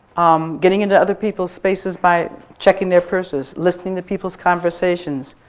um getting into other people's spaces by checking their purses, listening to people's conversations,